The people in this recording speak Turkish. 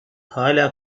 hala